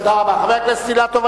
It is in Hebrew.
חבר הכנסת אילטוב,